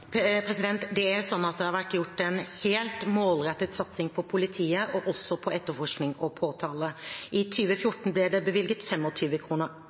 Det er slik at det har vært gjort en helt målrettet satsing på politiet, og også på etterforskning og påtale. I 2014 ble det bevilget